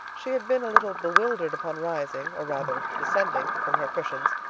she had been a little bewildered upon rising, or rather, descending from her cushions,